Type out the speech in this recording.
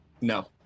No